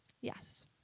Yes